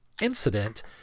incident